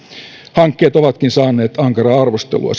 hankkeet ovatkin saaneet ankaraa arvostelua